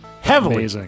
Heavily